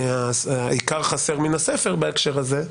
העיקר חסר מן הספר בהקשר הזה,